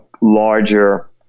larger